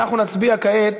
אז אנחנו נצביע כעת.